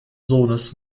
sohnes